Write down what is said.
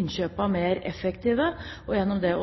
innkjøpene mer effektive, og gjennom det